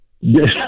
yes